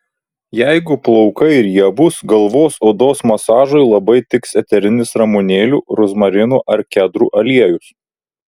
jeigu plaukai riebūs galvos odos masažui labai tiks eterinis ramunėlių rozmarinų ar kedrų aliejus